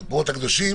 הקדושים